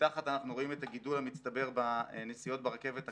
מתחת אנחנו רואים את הגידול המצטבר בנסיעות ברכבת הקלה,